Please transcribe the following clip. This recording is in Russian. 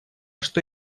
что